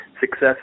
success